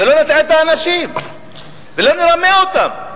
לא נטעה את האנשים ולא נרמה אותם.